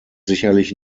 sicherlich